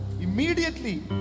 immediately